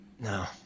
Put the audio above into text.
No